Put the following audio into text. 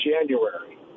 January